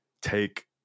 Take